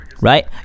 right